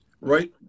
Right